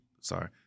sorry